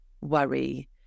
worry